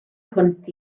hwnt